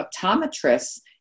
optometrists